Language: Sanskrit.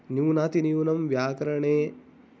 न्यूनातिन्यूनं व्याकरणे